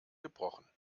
gebrochen